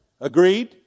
Agreed